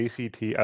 ACT